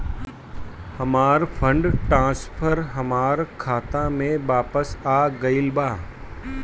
हमर fund transfer हमर खाता में वापस आ गईल बा